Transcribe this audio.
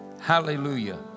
Hallelujah